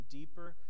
deeper